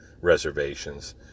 reservations